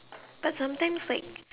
but sometimes like